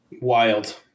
Wild